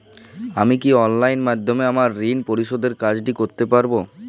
আমি কি অনলাইন মাধ্যমে আমার ঋণ পরিশোধের কাজটি করতে পারব?